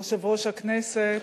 יושב-ראש הכנסת,